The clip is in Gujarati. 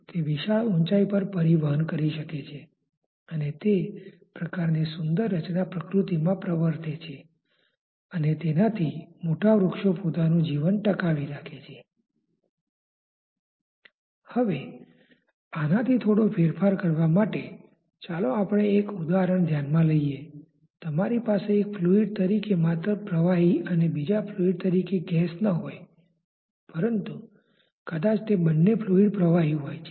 તેથી નિયંત્રણ વોલ્યુમની કંટ્રોલ વોલ્યુમની વૈકલ્પિક પસંદગી માટે અને ચાલો આપણે ફરીથી કહીએ કે ફરી આપણી પાસે વેગ પ્રોફાઇલ છે અને તમારી પાસે આ AB છે